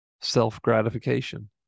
Self-gratification